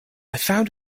found